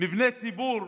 מבני ציבור,